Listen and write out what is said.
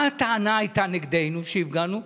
מה הטענה שהייתה נגדנו כשהפגנו?